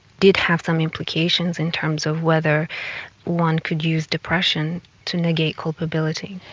did have some implications in terms of whether one could use depression to negate culpability.